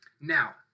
Now